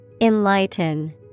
Enlighten